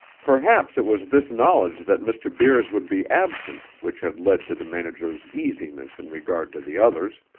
perhaps it was this knowledge that mr. beers would be absent which had led to the manager's easiness in regard to the others.